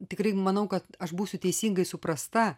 tikrai manau kad aš būsiu teisingai suprasta